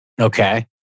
Okay